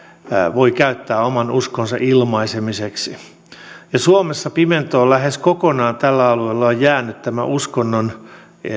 voi käyttää oman uskonsa ilmaisemiseksi ja suomessa pimentoon lähes kokonaan tällä alueella on jäänyt tämä uskonnon